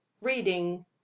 Reading